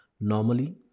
Normally